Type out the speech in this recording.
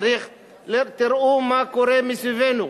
תראו מה קורה מסביבנו,